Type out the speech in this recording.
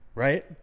Right